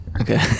Okay